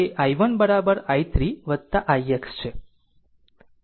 આમ તે i1 i3 ixછે આ નોડ 1 છે